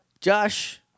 Josh